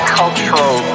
cultural